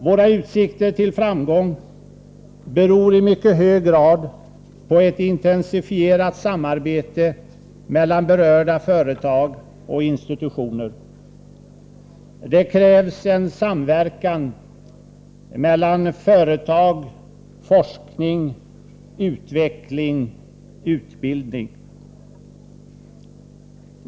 Våra utsikter till framgång beror i mycket hög grad på ett intensifierat samarbete mellan berörda företag och institutioner. Det krävs en samverkan företag-forskning-utveckling-utbildning.